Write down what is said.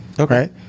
okay